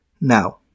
Now